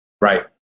Right